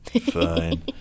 Fine